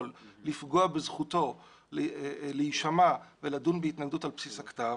לפגוע בזכותו להישמע ולדון בהתנגדות על בסיס הכתב,